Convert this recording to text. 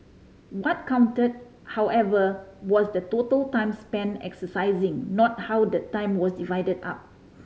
what counted however was the total time spent exercising not how the time was divided up